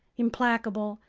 implacable,